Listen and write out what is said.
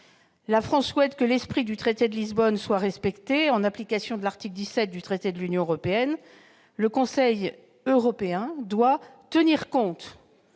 La France souhaite que l'esprit du traité de Lisbonne soit respecté : en application de l'article 17 du traité de l'Union européenne, le Conseil européen doit tenir compte